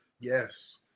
yes